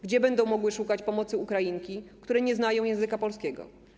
Gdzie będą mogły szukać pomocy Ukrainki, które nie znają języka polskiego?